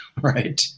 right